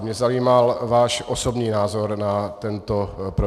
Mě zajímal váš osobní názor na tento projekt.